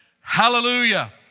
hallelujah